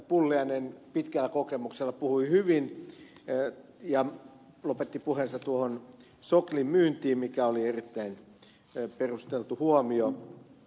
pulliainen pitkällä kokemuksella puhui hyvin ja lopetti puheensa tuohon soklin myyntiin mikä oli erittäin perusteltu huomio